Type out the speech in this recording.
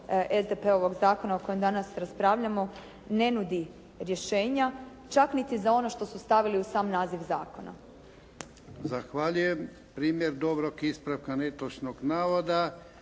SDP-ovog zakona o kojem danas raspravljamo ne nudi rješenja čak niti za ono što su stavili u sam naziv zakona. **Jarnjak, Ivan (HDZ)** Zahvaljujem. Primjer dobrog ispravka netočnog navoda.